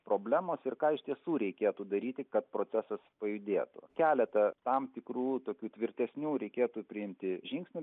problemos ir ką iš tiesų reikėtų daryti kad procesas pajudėtų keletą tam tikrų tokių tvirtesnių reikėtų priimti žingsnių